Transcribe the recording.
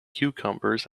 cucumbers